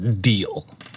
deal